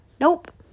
Nope